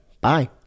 Bye